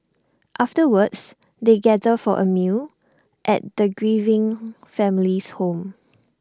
afterwards they gather for A meal at the grieving family's home